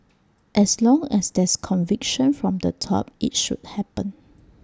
as long as there's conviction from the top IT should happen